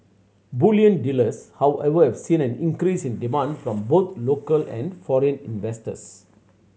bullion dealers however have seen an increase in demand from both local and foreign investors